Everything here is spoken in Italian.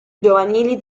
giovanili